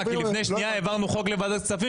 כי לפני שנייה העברנו חוק לוועדת הכספים,